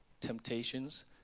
temptations